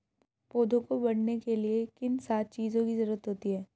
पौधों को बढ़ने के लिए किन सात चीजों की जरूरत होती है?